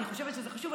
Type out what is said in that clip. אני חושבת שזה חשוב,